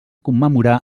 commemorar